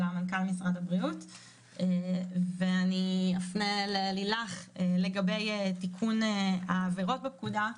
אני אפנה ללילך לגבי תיקון העבירות בפקודה.